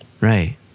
right